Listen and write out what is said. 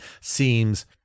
seems